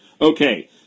okay